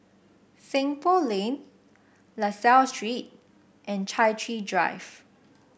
Seng Poh Lane La Salle Street and Chai Chee Drive